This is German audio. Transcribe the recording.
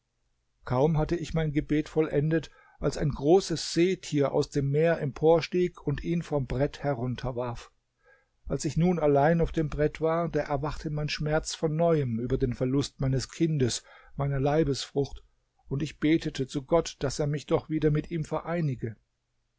kaum hatte ich mein gebet vollendet als ein großes seetier aus dem meer emporstieg und ihn vom brett herunterwarf als ich nun allein auf dem brett war da erwachte mein schmerz von neuem über den verlust meines kindes meiner leibesfrucht und ich betete zu gott daß er mich doch wieder mit ihm vereinige